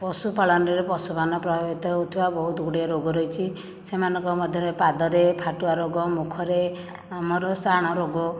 ପଶୁ ପାଳନରେ ପଶୁମାନେ ପ୍ରଭାବିତ ହେଉଥିବା ବହୁତ ଗୁଡ଼ିଏ ରୋଗ ରହିଛି ସେମାନଙ୍କ ମଧ୍ୟରେ ପାଦରେ ଫାଟୁଆ ରୋଗ ମୁଖରେ ଆମର ଶାଣ ରୋଗ